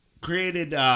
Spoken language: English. created